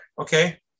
okay